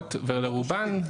הקצבאות ולרובן,